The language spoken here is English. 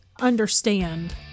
understand